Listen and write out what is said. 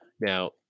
Now